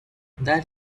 that